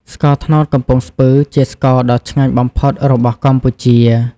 ស្ករត្នោតកំពង់ស្ពឺ ជាស្ករដ៏ឆ្ងាញ់បំផុតរបស់កម្ពុជា។